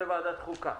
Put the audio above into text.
זו ועדת חוקה.